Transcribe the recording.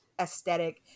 aesthetic